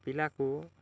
ପିଲାକୁ